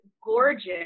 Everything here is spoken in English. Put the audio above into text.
gorgeous